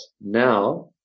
now